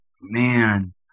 man